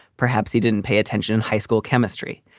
perhaps he didn't pay attention in high school chemistry.